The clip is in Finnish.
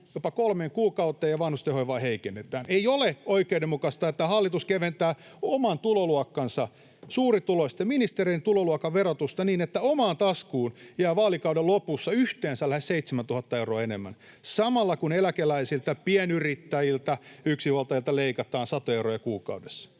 jopa kolmeen kuukauteen ja vanhustenhoivaa heikennetään. Ei ole oikeudenmukaista, että hallitus keventää oman tuloluokkansa, suurituloisten, ministereiden tuloluokan, verotusta niin, että omaan taskuun jää vaalikauden lopussa yhteensä lähes 7 000 euroa enemmän, samalla kun eläkeläisiltä, pienyrittäjiltä, yksinhuoltajilta leikataan satoja euroja kuukaudessa.